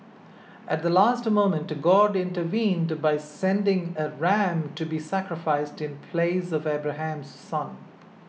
at the last moment God intervened by sending a ram to be sacrificed in place of Abraham's son